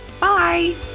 Bye